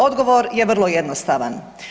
Odgovor je vrlo jednostavan.